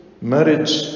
marriage